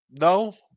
No